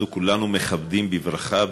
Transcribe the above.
אנחנו כולנו מכבדים בברכה,